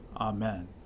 Amen